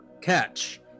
Catch